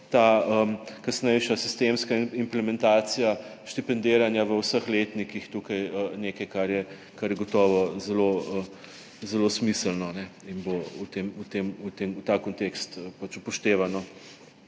ta kasnejša sistemska implementacija štipendiranja v vseh letnikih nekaj, kar je gotovo zelo smiselno in bo upoštevano